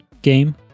game